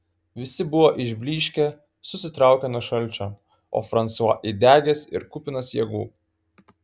visi buvo išblyškę susitraukę nuo šalčio o fransua įdegęs ir kupinas jėgų